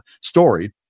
story